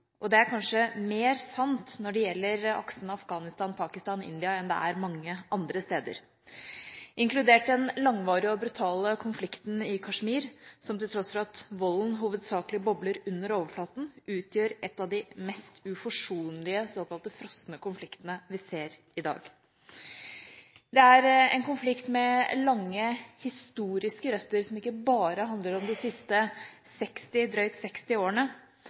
Det er kanskje mer sant når det gjelder aksen Afghanistan–Pakistan–India, enn det er mange andre steder, inkludert den langvarige og brutale konflikten i Kashmir, som til tross for at volden hovedsakelig bobler under overflaten, utgjør en av de mest uforsonlige såkalt frosne konfliktene vi ser i dag. Det er en konflikt med lange historiske røtter, som ikke bare handler om de siste drøyt 60 årene.